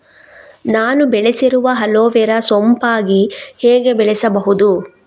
ನಾನು ಬೆಳೆಸಿರುವ ಅಲೋವೆರಾ ಸೋಂಪಾಗಿ ಹೇಗೆ ಬೆಳೆಸಬಹುದು?